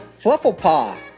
Flufflepaw